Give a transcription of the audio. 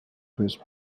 ruse